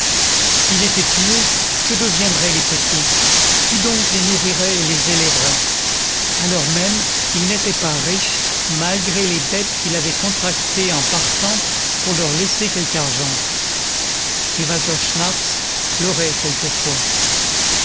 s'il était tué que deviendraient les petits qui donc les nourrirait et les élèverait a l'heure même ils n'étaient pas riches malgré les dettes qu'il avait contractées en partant pour leur laisser quelque argent et walter schnaffs pleurait quelquefois